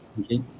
okay